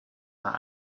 are